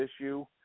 issue